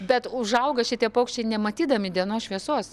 bet užauga šitie paukščiai nematydami dienos šviesos